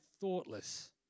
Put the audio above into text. thoughtless